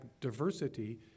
diversity